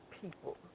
people